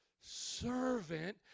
servant